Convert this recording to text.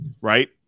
right